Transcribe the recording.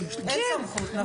סמכות.